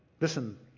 Listen